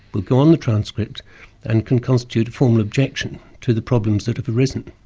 would go on the transcript and can constitute a formal objection to the problems that have arisen.